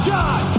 God